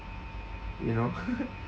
you know